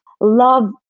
love